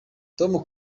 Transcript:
tom